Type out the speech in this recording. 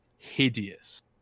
Hideous